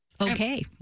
okay